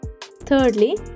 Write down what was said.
Thirdly